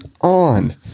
on